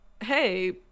hey